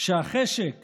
שהחשק